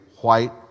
white